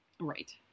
Right